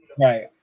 right